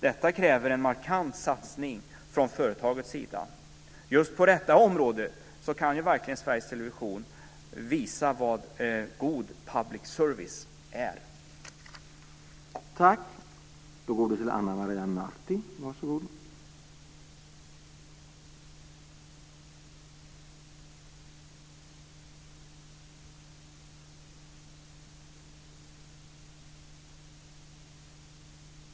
Detta kräver en markant satsning från företagets sida. Just på detta område kan Sveriges Television verkligen visa vad god public service är.